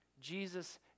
Jesus